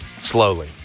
Slowly